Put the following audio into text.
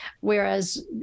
whereas